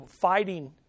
fighting